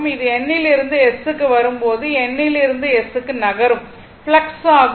இது N லிருந்து S க்கு வரும்போது N லிருந்து S க்கு நகரும் ஃப்ளக்ஸ் ஆகும்